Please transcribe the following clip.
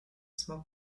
smoke